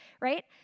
right